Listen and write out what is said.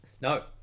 No